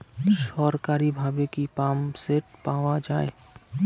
সরকারিভাবে কি পাম্পসেট পাওয়া যায়?